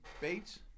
Bates